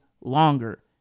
longer